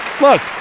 Look